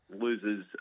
loses